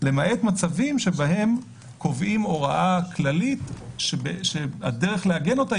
למעט מצבים שבהם קובעים הוראה כללית שהדרך לעגן אותה